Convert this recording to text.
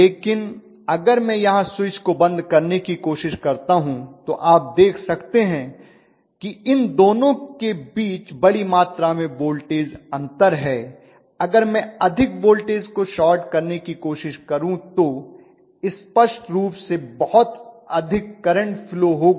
लेकिन अगर मैं यहां स्विच को बंद करने की कोशिश करता हूं तो आप देख सकते हैं कि इन दोनों के बीच बड़ी मात्रा में वोल्टेज अंतर है अगर मैं अधिक वोल्टेज को शॉर्ट सर्किट करने की कोशिश करूं तो स्पष्ट रूप से बहुत अधिक करंट फ्लो होगा